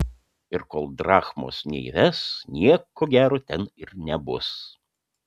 ir kol drachmos neįves nieko gero ten ir nebus